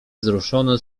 wzruszony